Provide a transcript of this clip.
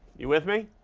you with me?